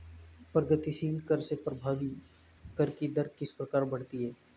प्रगतिशील कर से प्रभावी कर की दर किस प्रकार बढ़ती है?